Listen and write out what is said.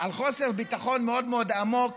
על חוסר ביטחון מאוד מאוד עמוק